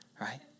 right